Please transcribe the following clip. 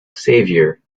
savior